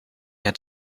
had